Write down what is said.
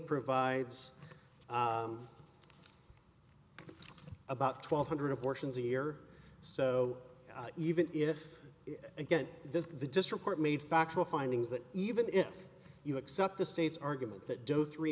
provides about twelve hundred abortions a year so even if again this is the just report made factual findings that even if you accept the state's argument that doeth three